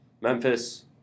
Memphis